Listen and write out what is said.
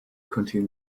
continued